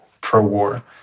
pro-war